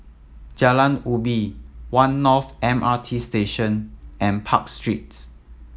Jalan Ubi One North M R T Station and Park Street